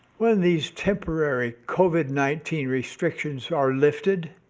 when these temporary covid nineteen restrictions are lifted,